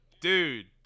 dude